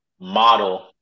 model